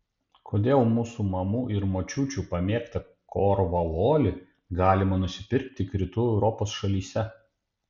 kodėl mūsų mamų ir močiučių pamėgtą korvalolį galima nusipirkti tik rytų europos šalyse